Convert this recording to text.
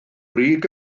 brig